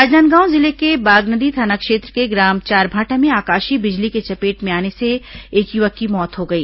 राजनांदगांव जिले के बागनदी थाना क्षेत्र के ग्राम चारभांटा में आकाशीय बिजली की चपेट में आने से एक युवक की मौत हो गई